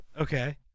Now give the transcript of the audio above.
Okay